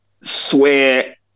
swear